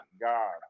god